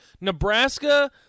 Nebraska